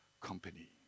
company